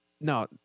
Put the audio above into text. No